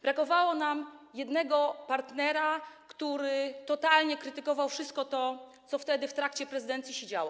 Brakowało nam jednego partnera, który totalnie krytykował wszystko to, co wtedy w trakcie prezydencji się działo.